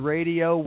Radio